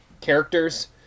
characters